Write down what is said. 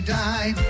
die